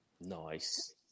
Nice